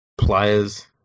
players